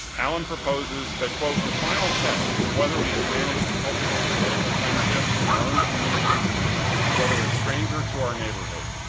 allen proposes that, the final test of whether we have managed to cultivate political friendship in our own communities is whether a stranger to our neighborhood,